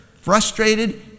frustrated